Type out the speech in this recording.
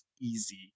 easy